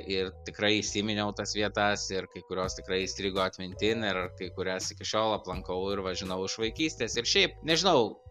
ir tikrai įsiminiau tas vietas ir kai kurios tikrai įstrigo atmintin ir kai kurias iki šiol aplankau ir va žinau iš vaikystės ir šiaip nežinau